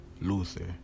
Luther